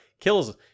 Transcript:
kills